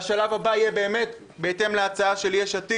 והשלב הבא יהיה באמת בהתאם להצעה של יש עתיד,